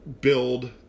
build